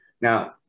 Now